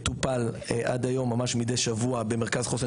טופל, עד היום, ממש מידי שבוע במרכז חוסן.